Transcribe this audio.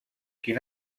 quin